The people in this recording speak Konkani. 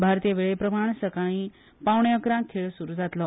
भारतीय वेळेप्रमाण सकळी पावणे अकरांक खेळ सुरू जातलो